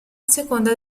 seconda